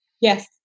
Yes